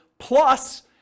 plus